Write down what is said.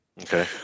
Okay